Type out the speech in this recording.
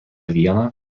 vieną